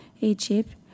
Egypt